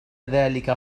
ذلك